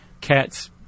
cats